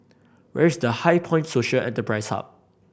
where is The HighPoint Social Enterprise Hub